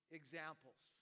examples